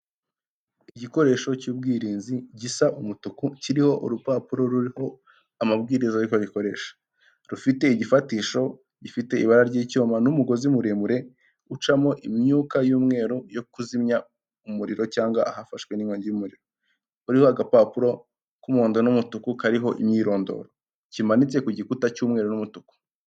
Igikoresho cy'ubwirinzi gisa umutuku kiriho urupapuro ruriho amabwiriza y'uko bikoreshwa rufite igifatisho gifite ibara ry'icyuma, n'umugozi muremure ucamo imyuka y'umweru yo kuzimya umuriro, cyangwa ahafashwe n'inkongi y'umuriro, uriho agapapuro k'umuhondo n'umutuku, kariho imyirondoro kimanitse ku gikuta cy'umweru n'umutuku.